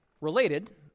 Related